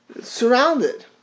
Surrounded